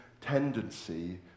tendency